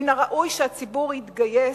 מן הראוי שהציבור יתגייס,